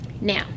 now